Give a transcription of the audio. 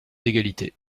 d’égalité